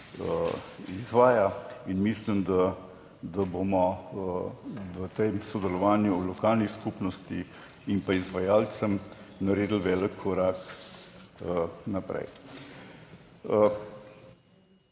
izvaja in mislim, da bomo v tem sodelovanju lokalnih skupnosti in pa izvajalcem naredili velik korak naprej.